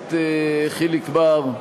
הכנסת חיליק בר,